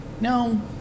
no